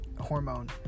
hormone